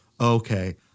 okay